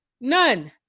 None